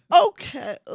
okay